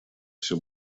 все